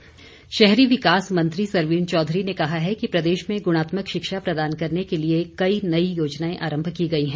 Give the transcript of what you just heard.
सरवीन चौधरी शहरी विकास मंत्री सरवीण चौधरी ने कहा है कि प्रदेश में गुणात्मक शिक्षा प्रदान करने के लिए कई नई योजनाएं आरंभ की गई है